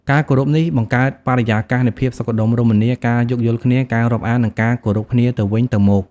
ការគោរពនេះបង្កើតបរិយាកាសនៃភាពសុខដុមរមនា ការយោគយល់គ្នា ការរាប់អាន និងការគោរពគ្នាទៅវិញទៅមក។